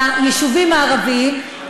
ליישובים הערביים,